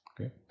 Okay